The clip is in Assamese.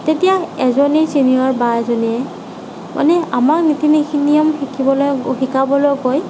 তেতিয়া এজনী চিনিয়ৰ বা এজনীয়ে মানে আমাৰ নীতি নিয়ম শিকিবলৈ শিকাবলৈ গৈ